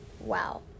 Wow